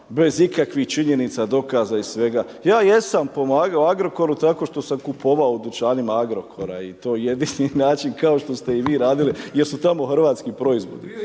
bez ikakvih činjenica, dokaza i svega, ja jesam pomagao Agrokoru, tako što sam kupovao u dućanima Agrokora i to je jedini način, kao što ste i vi radili, jer su tamo hrvatski proizvodi i